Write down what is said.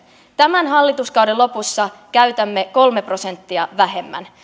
tämän hallituskauden lopussa käytämme kolme prosenttia vähemmän